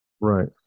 right